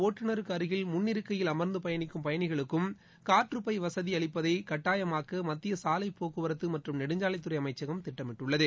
ஒட்டுநருக்கு அருகில் முன்னிறுக்கையில் அமர்ந்து பயணிக்கும் பயணிகளுக்கும் காற்றுப் பை வசதி அளிப்பதை கட்டாயமாக்க மத்திய சாவைப் போக்குவரத்து மற்றும் நெடுஞ்சாலைத் துறை அமைச்சகம் திட்டமிட்டுள்ளது